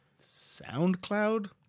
SoundCloud